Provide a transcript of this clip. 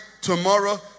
tomorrow